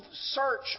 search